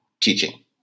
teaching